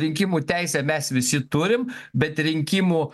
rinkimų teisę mes visi turim bet rinkimų